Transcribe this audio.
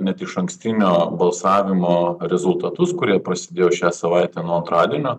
net išankstinio balsavimo rezultatus kurie prasidėjo šią savaitę nuo antradienio